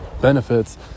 benefits